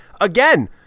again